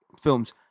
films